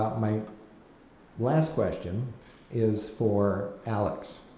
my last question is for alex